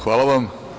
Hvala vam.